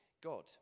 God